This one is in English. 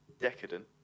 decadent